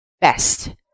best